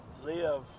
live